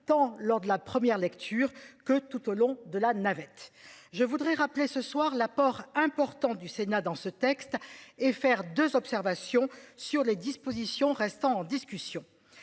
tant lors de la première lecture que tout au long de la navette. Je voudrais rappeler ce soir l'apport important du sénat dans ce texte et faire deux observations sur les dispositions restant en discussion